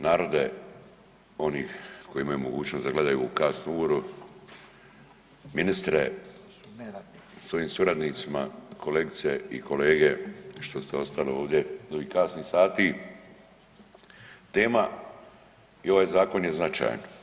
Narode oni koji imaju mogućnost da gledaju u ovu kasnu uru, ministre s svojim suradnicima, kolegice i kolege što ste ostali ovdje do ovih kasnih sati, tema i ovaj zakon je značajan.